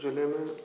भरतपुर ज़िले में